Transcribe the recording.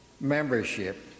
membership